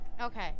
Okay